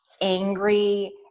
angry